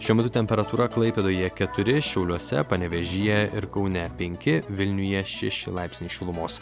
šiuo metu temperatūra klaipėdoje keturi šiauliuose panevėžyje ir kaune penki vilniuje šeši laipsniai šilumos